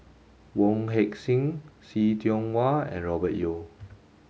Wong Heck Sing See Tiong Wah and Robert Yeo